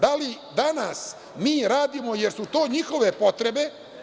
Da li danas mi radimo, jer su to njihove potrebe?